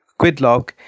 Gridlock